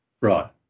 Right